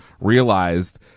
realized